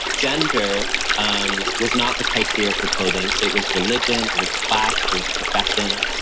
gender um was not the criteria for clothing. it was religion, it was class, it was profession.